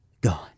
gone